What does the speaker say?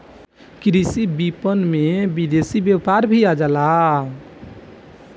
कृषि विपणन में विदेशी व्यापार भी आ जाला